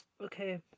Okay